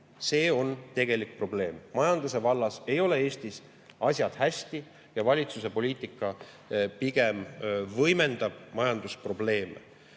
See on tegelik probleem. Majanduse vallas ei ole Eestis asjad hästi ja valitsuse poliitika pigem võimendab majandusprobleeme.